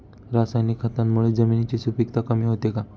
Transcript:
रासायनिक खतांमुळे जमिनीची सुपिकता कमी होते का?